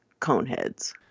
Coneheads